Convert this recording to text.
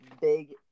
big